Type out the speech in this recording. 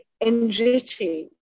enriching